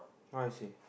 what I say